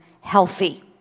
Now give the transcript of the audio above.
healthy